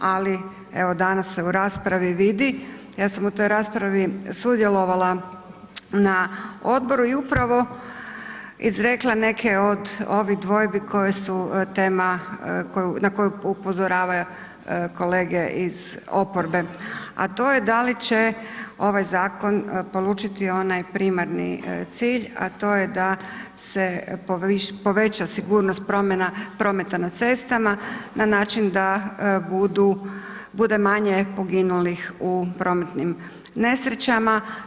Ali evo danas se u raspravi vidi, ja sam u toj raspravi sudjelovala na odboru i upravo izrekla neke od ovih dvojbi koje su tema na koju upozoravaju kolege iz oporbe a to je da li će ovaj zakon polučiti onaj primarni cilj a to je da se poveća sigurnost prometa na cestama na način da bude manje poginulih u prometnim nesrećama.